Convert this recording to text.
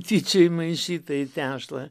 tyčia įmaišytą į tešlą